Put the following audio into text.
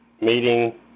meeting